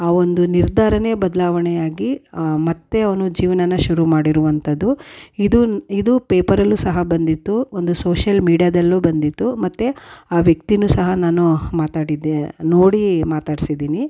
ಆ ಒಂದು ನಿರ್ಧಾರವೇ ಬದಲಾವಣೆಯಾಗಿ ಮತ್ತೆ ಅವನು ಜೀವನ ಶುರು ಮಾಡಿರುವಂಥದ್ದು ಇದು ಇದು ಪೇಪರಲ್ಲೂ ಸಹ ಬಂದಿತ್ತು ಒಂದು ಸೋಶಿಯಲ್ ಮೀಡಿಯಾದಲ್ಲೂ ಬಂದಿತ್ತು ಮತ್ತು ಆ ವ್ಯಕ್ತಿಯೂ ಸಹ ನಾನು ಮಾತಾಡಿದ್ದೆ ನೋಡಿ ಮಾತಾಡ್ಸಿದ್ದೀನಿ